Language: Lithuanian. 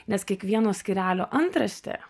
nes kiekvieno skyrelio antraštė